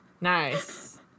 Nice